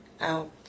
out